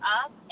up